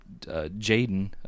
Jaden